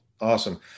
Awesome